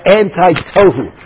anti-Tohu